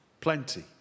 Plenty